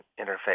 interface